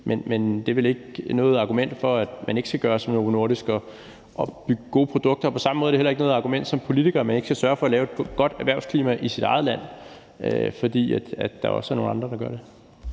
Men det er vel ikke noget argument for, at man ikke skal gøre som Novo Nordisk og lave gode produkter. På samme måde er det heller ikke noget argument som politiker, at man ikke skal sørge for at lave et godt erhvervsklima i sit eget land, fordi der også er nogle andre, der gør det.